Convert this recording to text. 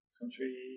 country